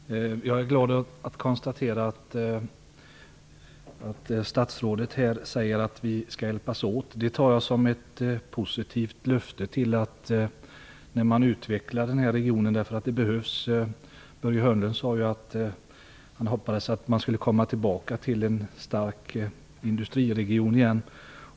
Herr talman! Jag är glad att konstatera att statsrådet säger att vi skall hjälpas åt. Jag tar detta som ett löfte om en utveckling av denna region. Börje Hörnlund sade ju att han hoppades på en återgång till en stark industriregion.